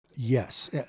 Yes